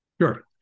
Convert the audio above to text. Sure